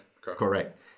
correct